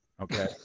Okay